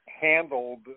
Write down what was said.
handled